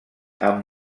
amb